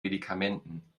medikamenten